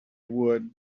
would